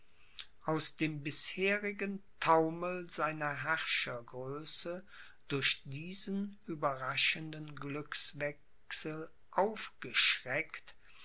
aus dem bisherigen taumel seiner herrschergröße durch diesen überraschenden glückswechsel aufgeschreckt